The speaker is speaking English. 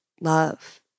love